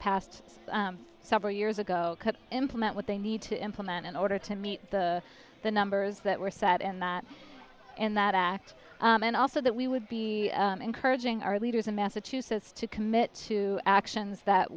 passed several years ago could implement what they need to implement in order to meet the the numbers that were set in that in that act and also that we would be encouraging our leaders in massachusetts to commit to actions that